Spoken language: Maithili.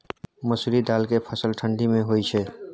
मसुरि दाल के फसल ठंडी मे होय छै?